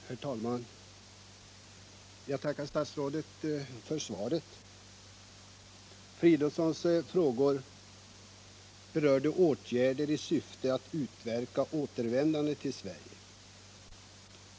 Herr talman! Jag tackar statsrådet för svaret. Herr Fridolfssons frågor berörde åtgärder i syfte att utverka återvändande till Sverige.